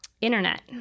internet